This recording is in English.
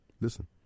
Listen